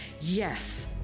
Yes